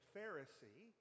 Pharisee